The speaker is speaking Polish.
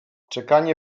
czekanie